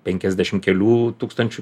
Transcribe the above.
penkiasdešim kelių tūkstančių